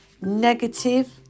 negative